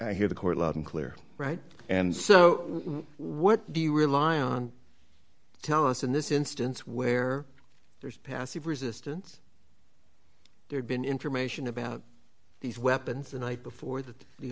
i hear the court loud and clear right and so what do you rely on tell us in this instance where there's passive resistance there's been information about these weapons a night before that the